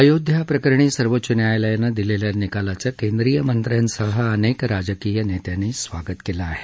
अयोध्या प्रकरणी सर्वोच्च न्यायालयानं दिलेल्या निकालाचं केंद्रीय मंत्र्यांसह अनेक राजकीय नेत्यांनी स्वागत केलं आहे